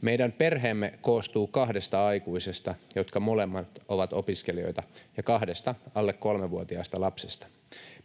”Meidän perheemme koostuu kahdesta aikuisesta, jotka molemmat ovat opiskelijoita, ja kahdesta alle kolmevuotiaasta lapsesta.